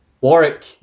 Warwick